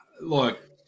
Look